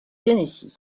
tennessee